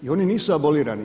I oni nisu abolirani.